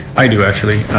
i do actually.